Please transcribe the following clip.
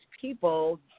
people